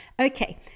Okay